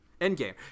Endgame